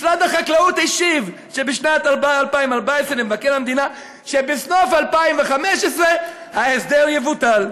משרד החקלאות השיב בשנת 2014 למבקר המדינה שבסוף 2015 ההסדר יבוטל.